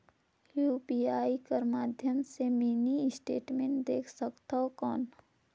UPI कर माध्यम से मिनी स्टेटमेंट देख सकथव कौन?